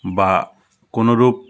বা কোনরূপ